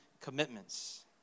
commitments